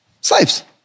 Slaves